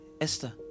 esther